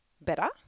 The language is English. better